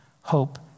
hope